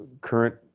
current